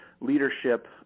leadership